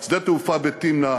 שדה-תעופה בתמנע,